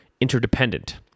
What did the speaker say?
interdependent